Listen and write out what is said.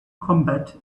combat